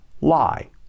lie